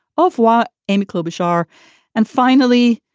ofwat amy klobuchar and finally,